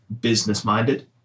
business-minded